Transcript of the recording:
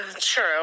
true